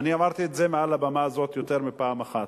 אמרתי את זה מעל הבמה הזאת יותר מפעם אחת: